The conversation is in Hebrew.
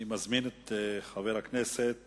אני מזמין את חבר הכנסת